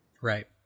right